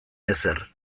ezer